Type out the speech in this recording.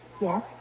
Yes